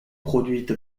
produite